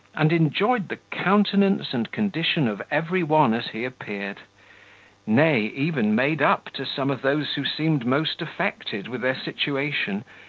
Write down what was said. and enjoyed the countenance and condition of every one as he appeared nay, even made up to some of those who seemed most affected with their situation,